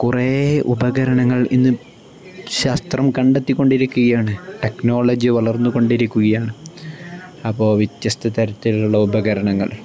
കുറേ ഉപകരണങ്ങൾ ഇന്ന് ശാസ്ത്രം കണ്ടെത്തിക്കൊണ്ടിരിക്കുകയാണ് ടെക്നോളജി വളർന്നു കൊണ്ടിരിക്കുകയാണ് അപ്പോൾ വ്യത്യസ്ത തരത്തിലുള്ള ഉപകരണങ്ങൾ